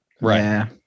Right